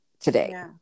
today